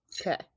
Okay